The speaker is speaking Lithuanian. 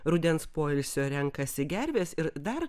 rudens poilsio renkasi gervės ir dar